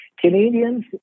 Canadians